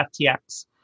FTX